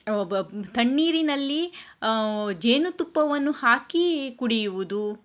ತಣ್ಣೀರಿನಲ್ಲಿ ಜೇನುತುಪ್ಪವನ್ನು ಹಾಕಿ ಕುಡಿಯುವುದು